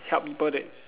help people that's